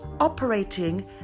operating